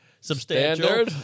Substantial